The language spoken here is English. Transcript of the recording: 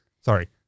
Sorry